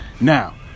Now